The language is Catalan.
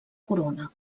corona